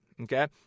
Okay